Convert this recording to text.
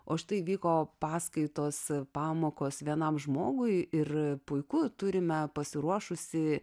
o štai vyko paskaitos pamokos vienam žmogui ir puiku turime pasiruošusi